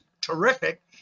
terrific